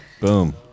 Boom